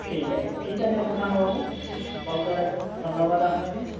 ঠিক আছে ঠিক আছে তুফানবাবু কল করার জন্য ধন্যবাদ আপনাকে